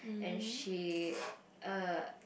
and she uh